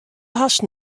hast